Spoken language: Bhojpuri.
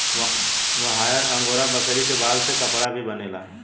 मोहायर अंगोरा बकरी के बाल से कपड़ा भी बनेला